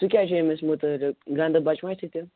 تُہۍ کیٛاہ چھِو أمِس مُتعلق گَنٛدٕ بَچہِ ما چھِ تِم